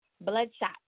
Bloodshot